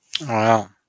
Wow